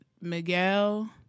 miguel